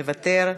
מוותר.